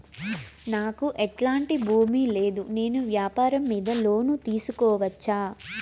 నాకు ఎట్లాంటి భూమి లేదు నేను వ్యాపారం మీద లోను తీసుకోవచ్చా?